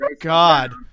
god